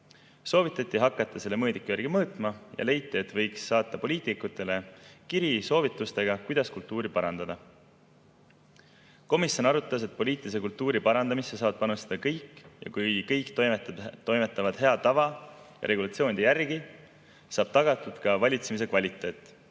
Soovitati hakata selle mõõdiku järgi mõõtma ja leiti, et võiks saata poliitikutele kirja soovitustega, kuidas kultuuri parandada. Komisjon arutas, et poliitilise kultuuri parandamisse saavad panustada kõik ja kui kõik toimetavad hea tava ja regulatsioonide järgi, saab valitsemise kvaliteet